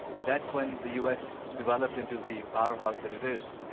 and that's when the u. s. developed into the powerhousethat it is.